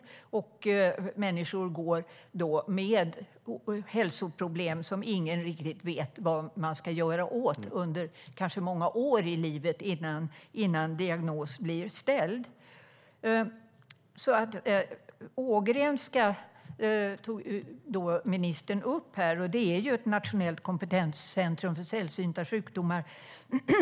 Människor går då, under kanske många år i livet, med hälsoproblem som ingen riktigt vet vad de ska göra åt innan diagnos ställs. Ministern tog upp Ågrenska som är ett nationellt kompetenscentrum för sällsynta sjukdomar.